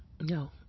no